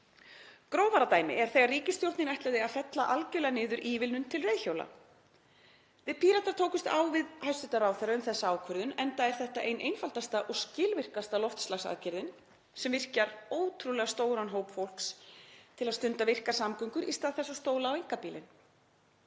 Grófara dæmi er þegar ríkisstjórnin ætlaði að fella algerlega niður ívilnun til reiðhjóla. Við Píratar tókumst á við hæstv. ráðherra um þessa ákvörðun, enda er þetta ein einfaldasta og skilvirkasta loftslagsaðgerðin sem virkjar ótrúlega stóran hóp fólks til að stunda virkar samgöngur í stað þess að stóla á einkabílinn.